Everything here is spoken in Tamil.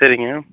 சரிங்க